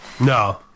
No